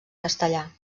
castellà